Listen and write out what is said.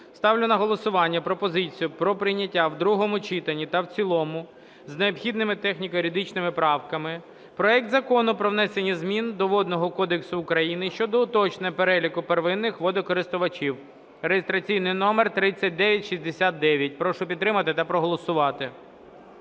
Ставлю на голосування пропозицію про прийняття в другому читанні та в цілому з необхідними техніко-юридичними правками проект Закону про внесення змін до Водного кодексу України щодо уточнення переліку первинних водокористувачів (реєстраційний номер 3969). Прошу підтримати та проголосувати.